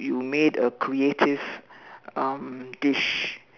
you made a creative um dish